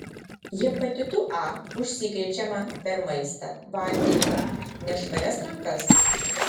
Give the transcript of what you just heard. hepatitu a užsikrečiama per maistą vandenį nešvarias rankas